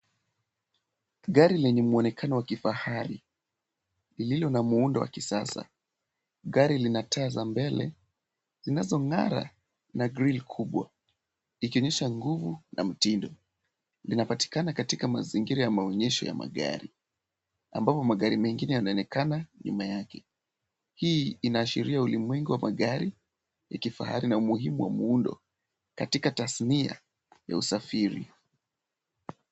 Gari lenye mwonekano wa kifahari lililo na muundo wa kisasa. Gari lina taa za mbele zinazong'ara na grill kubwa ikionyesha nguvu na mtindo. Linapatikana katika mazingira ya maonyesho ya magari. Ambapo magari mengine yanaonekana nyuma yake. Hii inaashiria ulimwengu wa magari ya kifahari na umuhimu wa muundo katika tasnia ya usafiri.